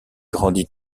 grandit